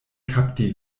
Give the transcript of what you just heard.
kapti